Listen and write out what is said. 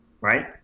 Right